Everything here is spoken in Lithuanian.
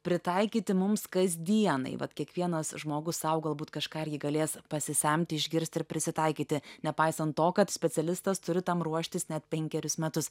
pritaikyti mums kasdienai vat kiekvienas žmogus sau galbūt kažką irgi galės pasisemti išgirsti ir prisitaikyti nepaisant to kad specialistas turi tam ruoštis net penkerius metus